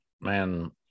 man